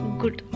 good